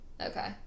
Okay